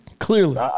Clearly